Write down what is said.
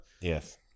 Yes